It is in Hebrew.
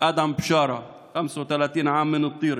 אדם בשארה, 55, טירה,